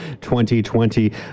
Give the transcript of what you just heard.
2020